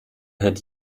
hört